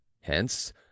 Hence